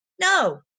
No